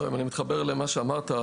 אני מתחבר למה שאמרת.